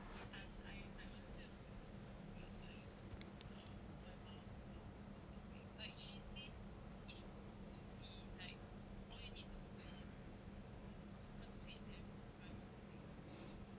like cheese